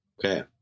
Okay